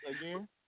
again